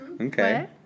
okay